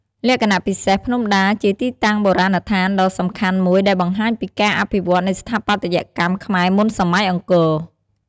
លក្ខណៈពិសេស ភ្នំដាជាទីតាំងបុរាណដ្ឋានដ៏សំខាន់មួយដែលបង្ហាញពីការវិវឌ្ឍន៍នៃស្ថាបត្យកម្មខ្មែរមុនសម័យអង្គរ។